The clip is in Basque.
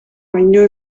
baino